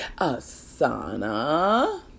Asana